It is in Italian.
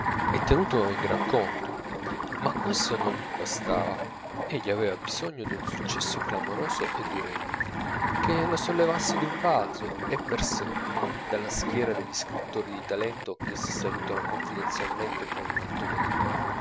e tenuto in gran conto ma questo non gli bastava egli aveva bisogno d'un successo clamoroso e durevole che lo sollevasse d'un balzo e per sempre dalla schiera degli scrittori di talento che si salutano confidenzialmente con un atto della mano